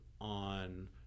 on